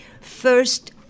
first